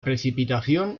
precipitación